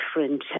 different